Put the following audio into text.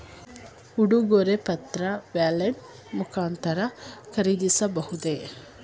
ಉಡುಗೊರೆ ಪತ್ರ ವ್ಯಾಲೆಟ್ ಮುಖಾಂತರ ಖರೀದಿಸಬಹುದೇ?